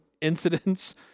incidents